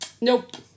Nope